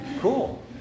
Cool